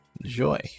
Enjoy